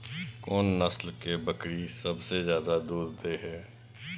कोन नस्ल के बकरी सबसे ज्यादा दूध दय हय?